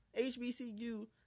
HBCU